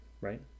right